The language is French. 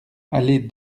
allée